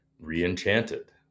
re-enchanted